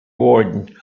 warden